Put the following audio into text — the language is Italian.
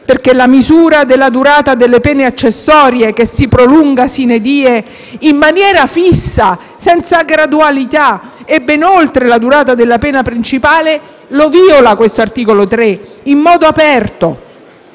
che la misura della durata delle pene accessorie che si prolunga *sine die* in maniera fissa, senza gradualità e ben oltre la durata della pena principale, viola tale articolo in modo aperto.